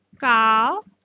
cow